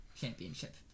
championship